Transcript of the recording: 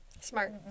smart